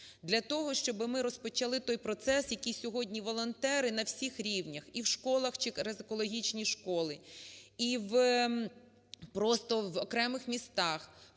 для того, щоб ми розпочали той процес, який сьогодні волонтери на всіх рівнях і в школах чи екологічні школи, і просто в окремих містах